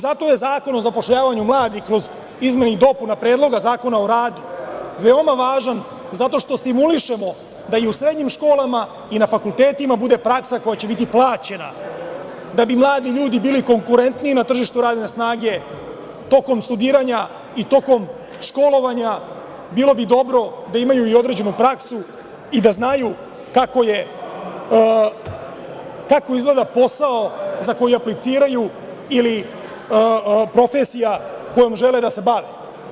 Zato je zakon o zapošljavanju mladih kroz izmene i dopune Predloga zakona o radu, veoma važan zato što stimulišemo da i u srednjim školama i na fakultetima bude praksa koja će biti plaćena, da bi mladi ljudi bili konkurentniji na tržištu radne snage tokom studiranja i tokom školovanja, bilo bi dobro da imaju i određenu prasku i da znaju kako izgleda posao za koji apliciraju ili profesija kojom žele da se bave.